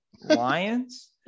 lions